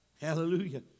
Hallelujah